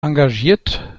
engagiert